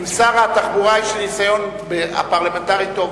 עם שר התחבורה יש לי ניסיון פרלמנטרי טוב.